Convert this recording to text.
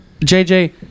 jj